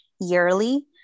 yearly